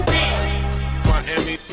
Miami